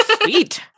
Sweet